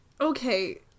Okay